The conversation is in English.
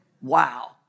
Wow